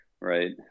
right